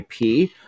IP